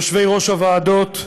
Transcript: יושבי-ראש הוועדות,